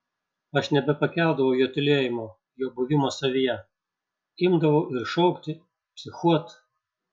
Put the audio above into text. aš nebepakeldavau jo tylėjimo jo buvimo savyje imdavau ir šaukti psichuot